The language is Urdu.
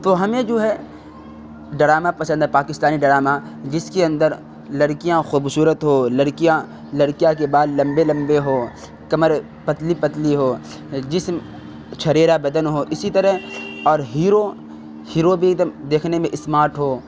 تو ہمیں جو ہے ڈرامہ پسند ہے پاکستانی ڈرامہ جس کے اندر لڑکیاں خوبصورت ہو لڑکیاں لڑکیا کے بال لمبے لمبے ہو کمر پتلی پتلی ہو جسم چھریرا بدن ہو اسی طرح اور ہیرو ہیرو بھی ایک دم دیکھنے میں اسمارٹ ہو